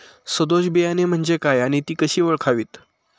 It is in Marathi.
सदोष बियाणे म्हणजे काय आणि ती कशी ओळखावीत?